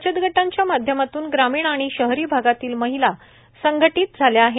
बचतगटांच्या माध्यमातून ग्रामीण आणि शहरी भागातील महिला संघटीत झाल्या आहेत